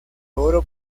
oro